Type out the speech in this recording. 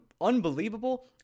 unbelievable